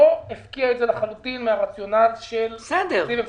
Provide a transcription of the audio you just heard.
לא הפקיע את זה לחלוטין מהרציונל של תקציב המשכי,